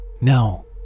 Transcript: No